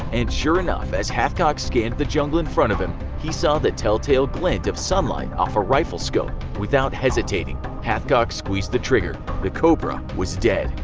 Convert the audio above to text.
and sure enough as hathcock scanned the jungle in front of him he saw the telltale glint of sunlight off a rifle scope. without hesitating, hathcock squeezed the trigger. the cobra was dead.